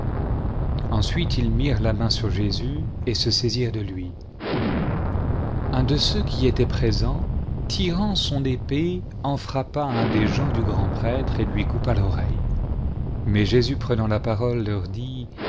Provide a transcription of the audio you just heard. ensuite ils mirent la main sur jésus et se saisirent de lui un de ceux qui étaient présents tirant son épée en frappa un des gens du grandpretre et lui coupa l'oreille mais jésus prenant la parole leur dit